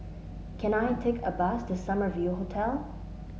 can I take a bus to Summer View Hotel